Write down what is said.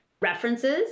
references